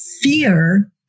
fear